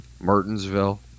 Martinsville